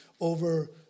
over